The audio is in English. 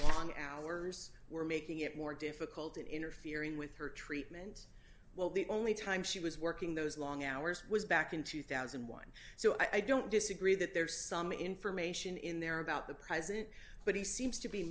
long hours were making it more difficult and interfering with her treatment while the only time she was working those long hours was back in two thousand and one i don't disagree that there's some information in there about the president but he seems to be